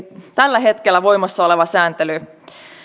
tällä hetkellä voimassa oleva sääntely